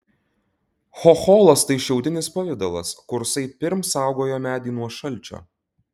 chocholas tai šiaudinis pavidalas kursai pirm saugojo medį nuo šalčio